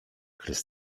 krys